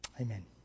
Amen